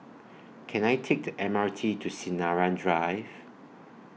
Can I Take The M R T to Sinaran Drive